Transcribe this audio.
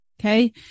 Okay